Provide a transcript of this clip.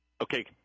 Okay